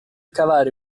cavare